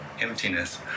Emptiness